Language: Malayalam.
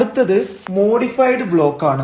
അടുത്തത് മോഡിഫൈഡ് ബ്ലോക്ക് ആണ്